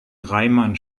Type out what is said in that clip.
reimann